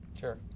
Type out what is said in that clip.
Sure